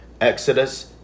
Exodus